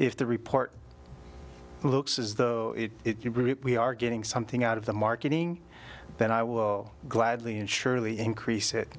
if the report looks as though we are getting something out of the marketing then i will gladly and surely increase it